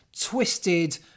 twisted